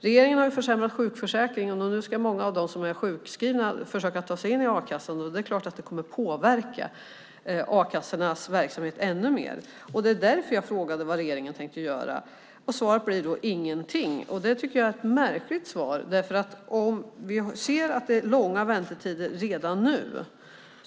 Regeringen har försämrat sjukförsäkringen, och nu ska många av dem som är sjukskrivna försöka ta sig in i a-kassan. Det är klart att det kommer att påverka a-kassornas verksamhet ännu mer. Det är därför jag frågade vad regeringen tänkte göra. Svaret blir: Ingenting. Det tycker jag är ett märkligt svar. Vi ser att det är långa väntetider redan nu.